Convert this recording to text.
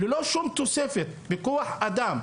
ללא שום תוספת בכוח אדם,